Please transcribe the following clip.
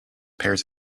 pairs